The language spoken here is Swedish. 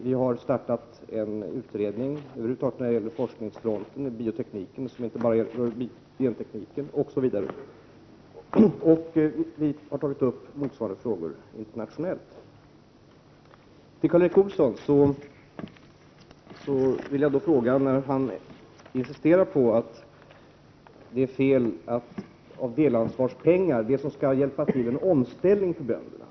Vi har startat en utredning som skall arbeta med forskningsfronten över huvud taget, bioteknik och även genteknik. Motsvarande frågor har också tagits upp internationellt. Jag vill rikta en fråga till Karl Erik Olsson angående delansvarspengar — medel som skall hjälpa till vid en omställning för bönderna.